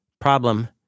problem